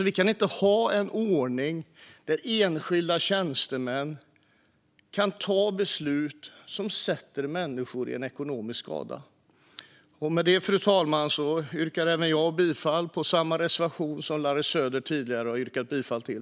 Vi kan inte ha en ordning där enskilda tjänstemän kan fatta beslut som utsätter människor för ekonomisk skada. Vägar till hållbara vattentjänster Med det, fru talman, yrkar även jag bifall till samma reservation som Larry Söder tidigare yrkat bifall till.